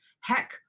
heck